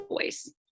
voice